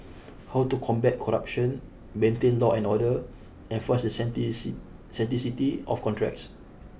how to combat corruption maintain law and order enforce the of contracts